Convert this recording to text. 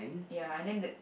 ya and then the